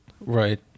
Right